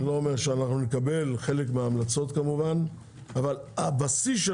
נקבל חלק מההמלצות כמובן, אבל הבסיס של